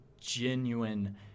genuine